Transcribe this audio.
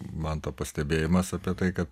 manto pastebėjimas apie tai kad